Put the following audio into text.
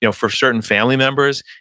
you know for certain family members,